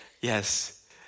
Yes